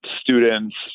students